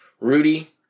Rudy